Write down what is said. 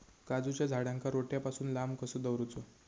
काजूच्या झाडांका रोट्या पासून लांब कसो दवरूचो?